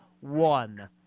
one